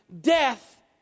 death